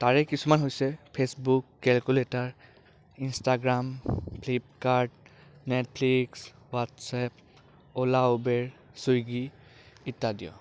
তাৰে কিছুমান হৈছে Facebook calculator Instagram Flipkart Netflix WhatsApp Ola Uber Swiggy ইত্যাদি